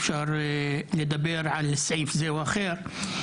אפשר לדבר על סעיף כזה או אחר.